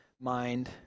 mind